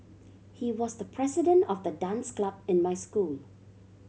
he was the president of the dance club in my school